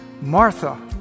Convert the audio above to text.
Martha